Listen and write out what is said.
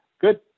Good